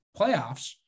playoffs